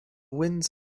winds